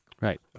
Right